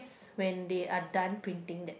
when they are done printing that